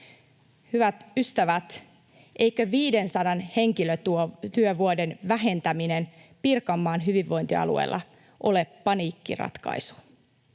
Hyvät ystävät, eikö 500 henkilötyövuoden vähentäminen Pirkanmaan hyvinvointialueella ole paniikkiratkaisu?